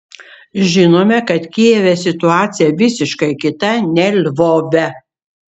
žinome kad kijeve situacija visiškai kita nei lvove